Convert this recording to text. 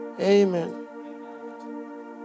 Amen